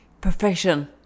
perfection